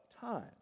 time